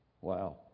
Wow